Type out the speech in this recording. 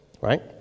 right